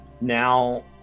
now